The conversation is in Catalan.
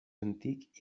antic